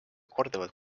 korduvalt